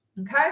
Okay